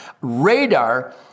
radar